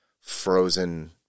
frozen